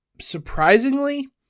Surprisingly